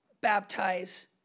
baptize